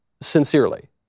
sincerely